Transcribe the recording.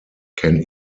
can